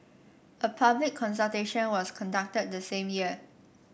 a public consultation was conducted the same year